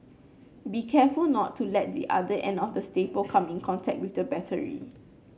be careful not to let the other end of the staple come in contact with the battery